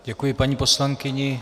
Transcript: Děkuji paní poslankyni.